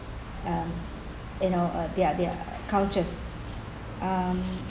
um you know uh their their cultures um